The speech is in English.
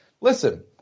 listen